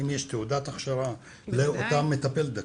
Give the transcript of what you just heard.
אם יש תעודת הכשרה לאותה מטפלת,